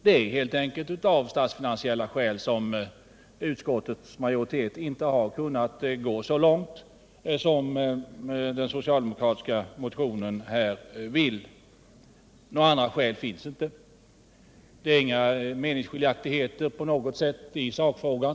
Det är helt enkelt av statsfinansiella skäl som utskottets majoritet inte har kunnat gå så långt som de socialdemokratiska motionärerna här vill. Några andra skäl finns inte. Det råder inga meningsskiljaktigheter på något sätt i sakfrågan.